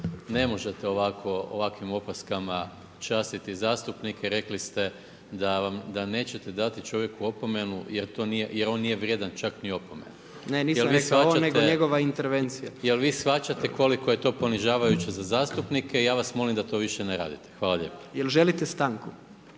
ne možete ovakvim opaskama častiti zastupnike, rekli ste da nećete dati čovjeku opomenu, jer on nije vrijedan čak ni opomene. …/Upadica Predsjednik: Ne nisam, nego njegova intervencija./… Jel vi shvaćate koliko je to ponižavajuće za zastupnike i ja vas molim da to više ne radite. Hvala lijepo. **Jandroković,